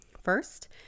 first